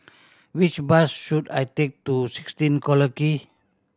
which bus should I take to sixteen Collyer Quay